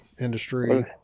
industry